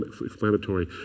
explanatory